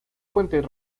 fuentes